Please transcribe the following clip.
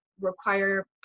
require